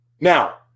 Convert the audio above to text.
Now